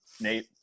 Nate